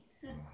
ah